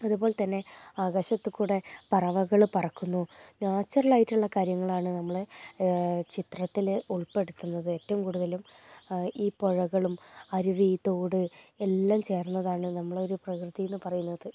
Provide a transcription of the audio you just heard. അതുപോലെതന്നെ ആകാശത്തുകൂടി പറവകൾ പറക്കുന്നു നാച്ചുറലായിട്ടുള്ള കാര്യങ്ങളാണ് നമ്മൾ ചിത്രത്തിൽ ഉൾപ്പെടുത്തുന്നത് ഏറ്റവും കൂടുതലും ഈ പുഴകളും അരുവി തോട് എല്ലാം ചേർന്നതാണ് നമ്മളെയൊരു പ്രകൃതിയെന്നു പറയുന്നത്